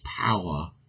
power